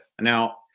Now-